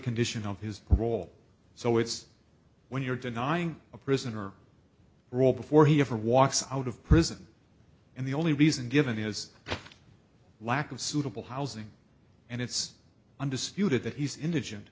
condition of his role so it's when you're denying a prisoner role before he ever walks out of prison and the only reason given is lack of suitable housing and it's undisputed that he's indigent